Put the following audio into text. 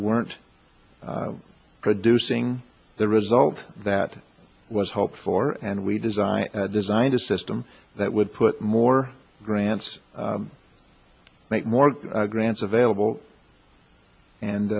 weren't producing the result that was hoped for and we designed designed a system that would put more grants make more grants available and